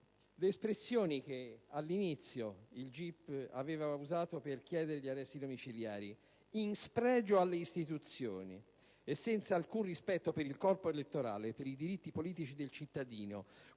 le espressioni che all'inizio il GIP aveva usato per chiedere l'autorizzazione all'esecuzione degli arresti domiciliari: «In spregio alle istituzioni e senza alcun rispetto per il corpo elettorale e per i diritti politici del cittadino,